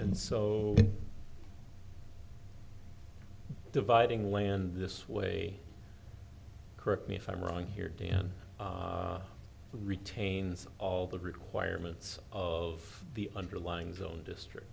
and so dividing land this way correct me if i'm wrong here dan retains all the requirements of the underlying zone district